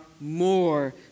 more